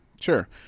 Sure